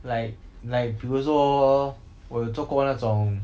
like like 比如说我有做过那种